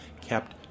kept